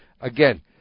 again